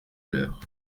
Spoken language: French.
l’heure